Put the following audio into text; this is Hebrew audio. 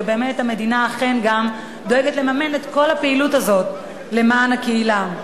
ובאמת המדינה אכן גם דואגת לממן את כל הפעילות הזאת למען הקהילה.